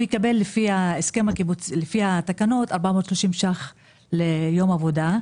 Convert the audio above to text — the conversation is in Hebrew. הוא יקבל לפי התקנות 430 שקלים ליום עבודה,